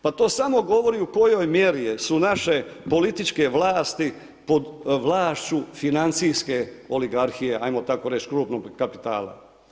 Pa to samo govori u kojoj mjeri su naše političke vlasti pod vlašću financijske oligarhije, ajmo tako reći krupnog kapitala.